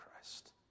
Christ